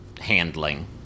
handling